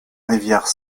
rivière